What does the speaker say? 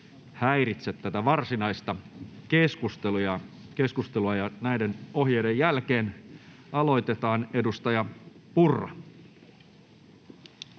häiritse tätä varsinaista keskustelua. — Ja näiden ohjeiden jälkeen aloitetaan. Edustaja Purra.